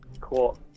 Cool